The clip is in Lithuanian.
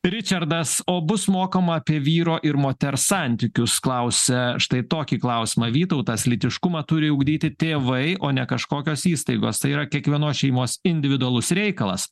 ričardas o bus mokoma apie vyro ir moters santykius klausia štai tokį klausimą vytautas lytiškumą turi ugdyti tėvai o ne kažkokios įstaigos tai yra kiekvienos šeimos individualus reikalas